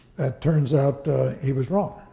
it turns out he was wrong,